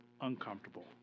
uncomfortable